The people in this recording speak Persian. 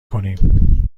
کنیم